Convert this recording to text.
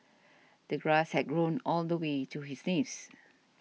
the grass had grown all the way to his knees